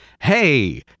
hey